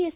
S